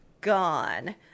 gone